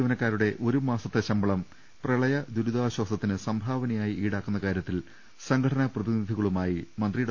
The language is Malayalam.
ജീവനക്കാരുടെ ഒരു മാസത്തെ ശമ്പളം പ്രളയ ദുരിതാശ്ചാസത്തിന് സംഭാവനയായി ഈടാക്കുന്ന കാര്യത്തിൽ സംഘടനാപ്രതിനിധികളുമായി മന്ത്രി ഡോ